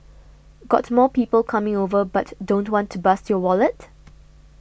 got more people coming over but don't want to bust your wallet